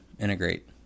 integrate